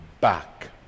back